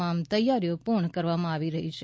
તમામ તૈયારીઓ પુર્ણ કરવામાં આવી છે